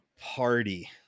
party